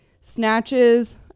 snatches